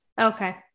Okay